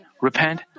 repent